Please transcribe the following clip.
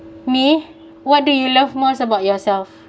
me what do you love most about yourself